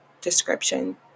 description